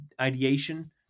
ideation